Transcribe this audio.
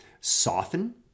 soften